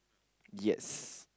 yes